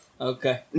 Okay